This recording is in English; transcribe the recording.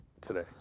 today